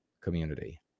community